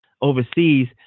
overseas